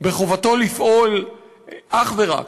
בחובתו לפעול אך ורק